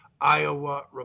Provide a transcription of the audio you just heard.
Iowa